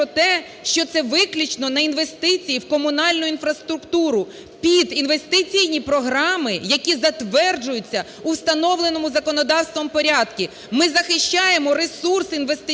що це виключно на інвестиції в комунальну інфраструктуру, під інвестиційні програми, які затверджуються у встановленому законодавством порядку. Ми захищаємо ресурс інвестиційний